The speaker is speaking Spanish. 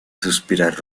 suspirar